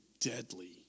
deadly